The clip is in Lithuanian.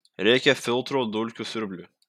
reikia filtro dulkių siurbliui